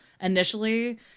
initially